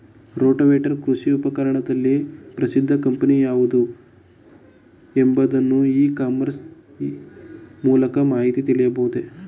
Rotavator ಕೃಷಿ ಉಪಕರಣದಲ್ಲಿ ಪ್ರಸಿದ್ದ ಕಂಪನಿ ಯಾವುದು ಎಂಬುದನ್ನು ಇ ಕಾಮರ್ಸ್ ನ ಮೂಲಕ ಮಾಹಿತಿ ತಿಳಿಯಬಹುದೇ?